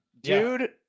Dude